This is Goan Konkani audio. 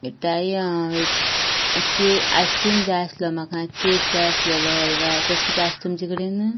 मिठाई आ के आयस्क्रीम जाय आसलो म्हाका केक जाय आसललो हलवा तशें किदें आसा तुमचे कडेन